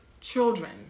children